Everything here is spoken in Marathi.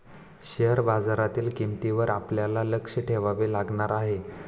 शेअर बाजारातील किंमतींवर आपल्याला लक्ष ठेवावे लागणार आहे